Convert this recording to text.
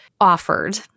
offered